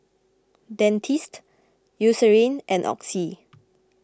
Dentiste Eucerin and Oxy